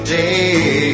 day